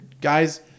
guys